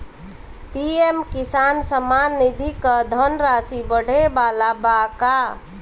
PM किसान सम्मान निधि क धनराशि बढ़े वाला बा का?